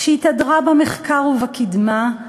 שהתהדרה במחקר ובקידמה,